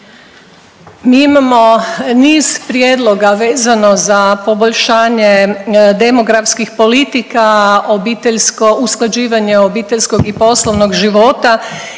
Mi imamo niz prijedloga vezano za poboljšanje demografskih politika, obiteljsko usklađivanje obiteljskog i poslovnog života